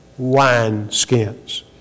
wineskins